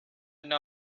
nor